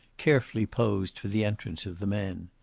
carefully posed for the entrance of the men.